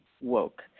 woke